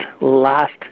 last